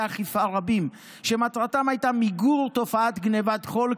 אכיפה רבים שמטרתם הייתה מיגור תופעת גנבת חול,